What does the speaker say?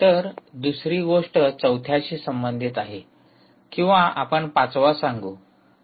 तर दुसरी गोष्ट चौथ्याशी संबंधित आहे किंवा आपण पाचवा सांगू